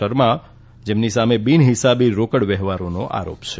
શર્મા સામે બિન હિસાબી રોકડ વ્યવહારોનો આરોપ છે